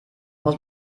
muss